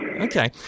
Okay